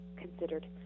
considered